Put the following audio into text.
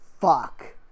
fuck